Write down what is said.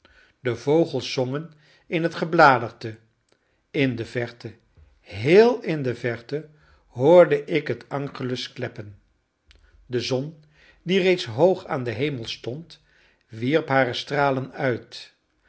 de vogels zongen in het gebladerte in de verte heel in de verte hoorde ik het angelus kleppen de zon die reeds hoog aan den hemel stond wierp hare stralen uit